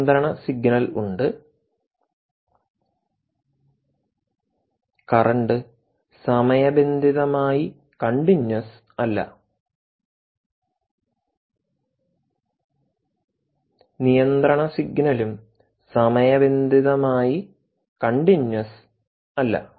നിയന്ത്രണ സിഗ്നൽ ഉണ്ട് കറണ്ട് സമയബന്ധിതമായി കണ്ടിന്യുയ്സ് അല്ല നിയന്ത്രണ സിഗ്നലും സമയബന്ധിതമായി കണ്ടിന്യുയ്സ് അല്ല